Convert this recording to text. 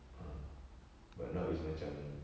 ah but now is macam